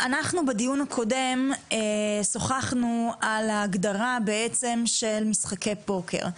בדיון הקודם שוחחנו על ההגדרה של "משחקי פוקר".